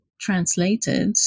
translated